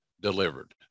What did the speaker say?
delivered